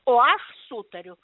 o aš sutariu